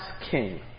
king